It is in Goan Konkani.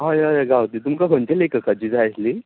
हय हय हय गांवतली तुमकां खंयच्या लॅखकाची जाय आसलीं